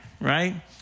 right